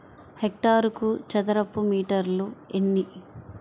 హెక్టారుకు చదరపు మీటర్లు ఎన్ని?